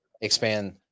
expand